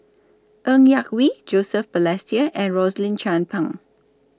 Ng Yak Whee Joseph Balestier and Rosaline Chan Pang